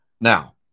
Now